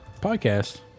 podcast